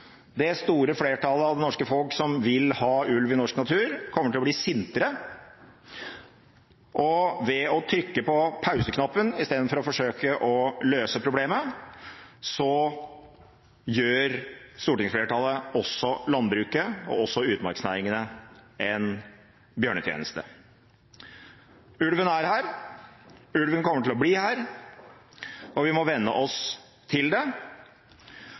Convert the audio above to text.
Det store flertallet av det norske folk som vil ha ulv i norsk natur, kommer til å bli sintere, og ved å trykke på pauseknappen istedenfor å forsøke å løse problemet gjør stortingsflertallet også landbruket og utmarksnæringene en bjørnetjeneste. Ulven er her. Ulven kommer til å bli her, og vi må venne oss til det.